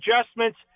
adjustments